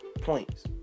points